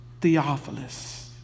Theophilus